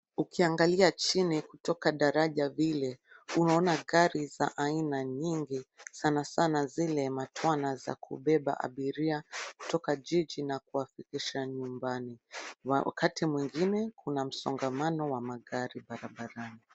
Ukiangalia chini kutoka daraja vile, unaona gari za aina nyingi sana sana zile matwana za kubeba abiria kutoka jiji na kuwarudisha nyumbani. Wakati mwingine kuna msongamano wa magari barabarani.